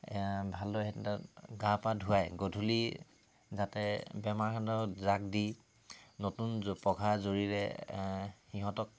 ভালদৰে সেইদিনা গা পা ধোৱাই গধূলি যাতে বেমাৰ সিহঁতক জাক দি নতুন পঘা জৰিৰে সিহঁতক